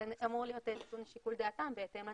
אמור להיות נתון לשיקול דעתם בהתאם לנסיבות.